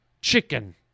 chicken